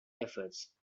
efforts